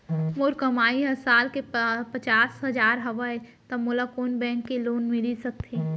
मोर कमाई ह साल के पचास हजार हवय त मोला कोन बैंक के लोन मिलिस सकथे?